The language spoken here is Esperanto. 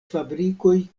fabrikoj